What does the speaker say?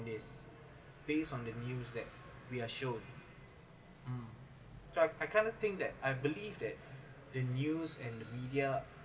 is based on the news that we are should um so I kind of thing that I believe that the news and media